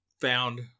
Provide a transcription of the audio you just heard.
found